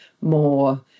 more